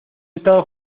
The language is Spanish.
estado